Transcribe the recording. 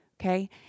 Okay